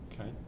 Okay